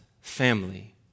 family